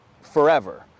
forever